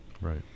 Right